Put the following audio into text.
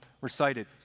recited